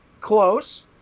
close